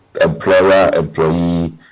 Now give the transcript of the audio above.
employer-employee